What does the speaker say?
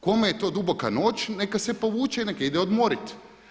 Kome je to duboka noć, neka se povuče i neka ide odmorit.